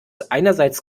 einerseits